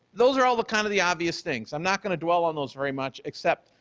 those are all the kind of the obvious things. i'm not going to dwell on those very much, except,